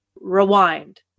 Rewind